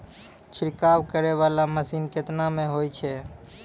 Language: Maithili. छिड़काव करै वाला मसीन केतना मे होय छै?